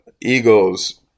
Eagles